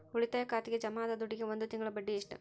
ಉಳಿತಾಯ ಖಾತೆಗೆ ಜಮಾ ಆದ ದುಡ್ಡಿಗೆ ಒಂದು ತಿಂಗಳ ಬಡ್ಡಿ ಎಷ್ಟು?